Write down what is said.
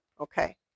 Okay